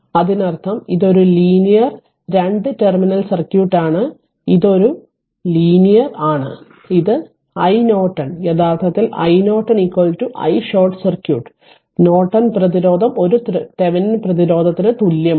അതിനർത്ഥം ഇത് ഒരു ലീനിയർ 2 ടെർമിനൽ സർക്യൂട്ടാണ് ഇത് ഒരു ലീനിയർ ആണ് ഇത് r iNorton യഥാർത്ഥത്തിൽ iNorton i ഷോർട്ട് സർക്യൂട്ടും നോർട്ടൺ പ്രതിരോധം ഒരു Thevenin പ്രതിരോധത്തിന് തുല്യമാണ്